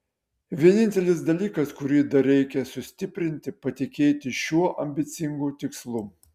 vienintelis dalykas kurį dar reikia sustiprinti patikėti šiuo ambicingu tikslu